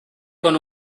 con